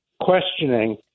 questioning